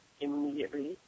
immediately